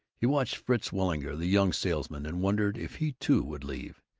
he watched fritz weilinger, the young salesman, and wondered if he too would leave.